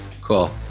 cool